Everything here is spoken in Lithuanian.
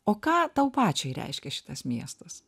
o ką tau pačiai reiškia šitas miestas